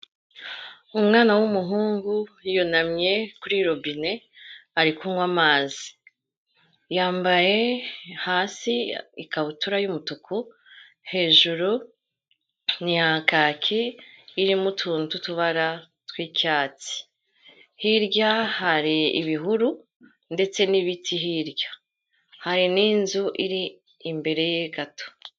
Umwana w'umuhungu yunamye kuri robine, ari kunywa amazi, yambaye hasi ikabutura y'umutuku, hejuru ni iya kaki, irimo utuntu twutubara tw'icyatsi, hirya hari ibihuru ndetse n'ibiti hirya, hari n'inzu iri imbere ye gato.